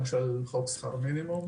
למשל חוק שכר מינימום